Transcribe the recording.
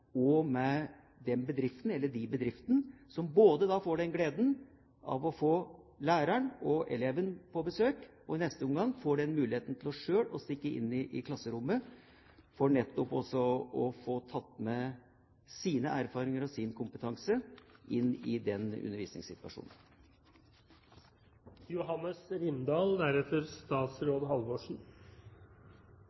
og læringsmiljøet inne i klasserommet og den bedriften eller de bedriftene som får gleden av å få læreren og eleven på besøk, og som i neste omgang får muligheten til selv å stikke inn i klasserommet og ta med sine erfaringer og sin kompetanse inn i undervisningssituasjonen. Det er slått fast mange ganger før, også i denne debatten, at læreren er den